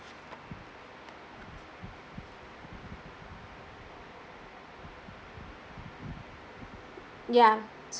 ya